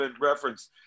reference